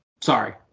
sorry